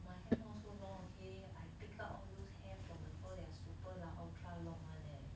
my hair not so long okay I pick up all those hair from the floor they are super lah ultra long one leh